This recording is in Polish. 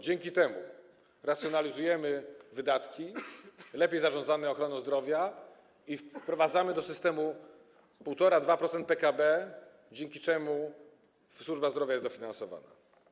Dzięki temu racjonalizujemy wydatki, lepiej zarządzamy ochroną zdrowia i wprowadzamy do systemu 1,5–2% PKB, dzięki czemu służba zdrowia jest dofinansowana.